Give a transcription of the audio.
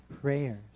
prayers